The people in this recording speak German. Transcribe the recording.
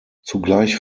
zugleich